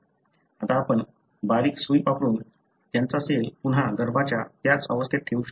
आता आपण बारीक सुई वापरून त्यांचा सेल पुन्हा गर्भाच्या त्याच अवस्थेत ठेवू शकतो